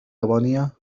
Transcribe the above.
يابانية